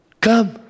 come